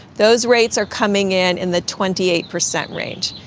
those rates are coming in in the twenty eight percent range.